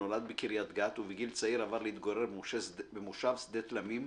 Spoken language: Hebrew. נולד בקריית גת ובגיל צעיר עבר להתגורר במושב שדה תלמים,